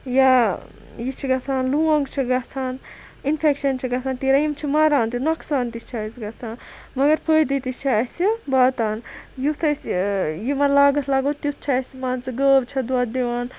یا یہِ چھُ گَژھان لونگ چھُ گَژھان اِنفیٚکشَن چھُ گَژھان تیٖرَن یِم چھِ مَران تہٕ نۄقصآن تہِ چھُ اَسہِ گَژھان مَگَر فٲیدٕ تہِ چھُ اَسہِ واتان یُتھ أسۍ یِمَن لاگَتھ لاگو تیُتھ چھُ اَسہِ مان ژٕ گٲو چھِ دۄد دِوان